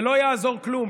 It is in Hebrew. זה לא יעזור כלום.